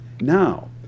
Now